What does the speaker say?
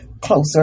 closer